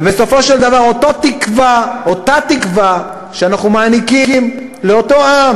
ובסופו של דבר אותה תקווה שאנחנו מעניקים לאותו עם